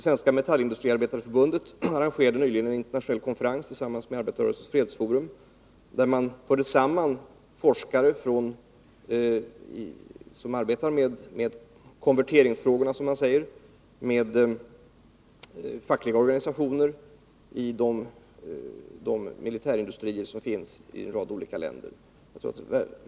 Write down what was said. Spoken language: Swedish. Svenska metallindustriarbetareförbundet arrangerade nyligen en internationell konferens tillsammans med Arbetarrörelsens fredsforum, där man förde samman forskare som arbetar med konverteringsfrågorna, som man säger, med fackliga organisationer i de militärindustrier som finns i en rad olika länder.